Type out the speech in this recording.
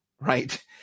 right